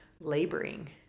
laboring